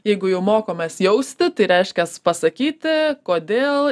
jeigu jau mokomės jausti tai reiškias pasakyti kodėl